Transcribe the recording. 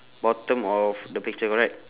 bottom of the picture correct